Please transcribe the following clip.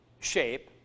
shape